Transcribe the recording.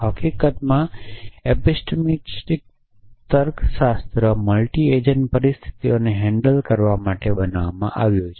હકીકતમાં એપિસ્ટિમિક તર્કશાસ્ત્ર multi agent પરિસ્થિતિઓને હેન્ડલ કરવા માટે બનાવવામાં આવ્યું છે